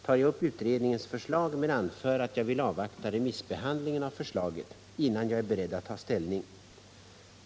12) tar jag upp utredningens förslag men anför att jag vill avvakta remissbehandlingen av förslaget innan jag är beredd att ta ställning.